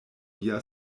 via